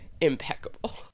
impeccable